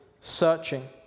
searching